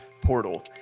portal